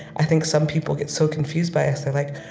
i think, some people get so confused by us. they're like,